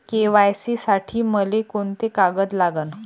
KYC साठी मले कोंते कागद लागन?